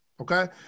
Okay